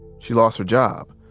she lost her job.